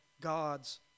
God's